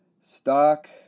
Stock